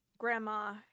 Grandma